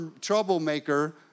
troublemaker